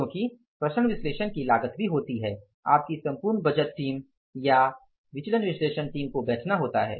क्योंकि प्रसरण विश्लेषण की लागत भी होती है आपकी संपूर्ण बजट टीम या परिवर्तन विश्लेषण टीम को बैठना पड़ता है